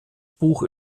buch